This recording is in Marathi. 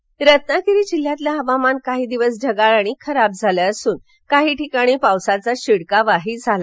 फणी रत्नागिरी रत्नागिरी जिल्ह्यातलं हवामान काही दिवस ढगाळ आणि खराब झालं असून काही ठिकाणी पावसाचा शिडकावाही झाला